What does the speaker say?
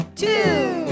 two